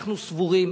אנחנו סבורים